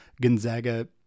Gonzaga